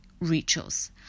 rituals